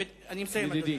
אני מסיים, אדוני.